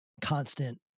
constant